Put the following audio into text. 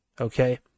okay